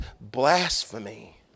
blasphemy